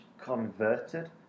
converted